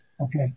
Okay